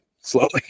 slowly